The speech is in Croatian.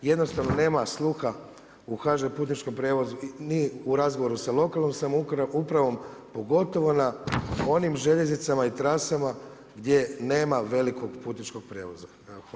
Jednostavno nema sluha u HŽ Putničkom prijevozu ni u razgovoru sa lokalnom samoupravom, pogotovo na onim željeznicama i trasama gdje nema velikog putničkog prijevoza.